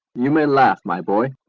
you may laugh, my boy,